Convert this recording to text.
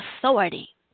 authority